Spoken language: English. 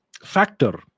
factor